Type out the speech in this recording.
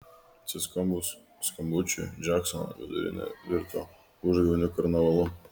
suskambus skambučiui džeksono vidurinė virto užgavėnių karnavalu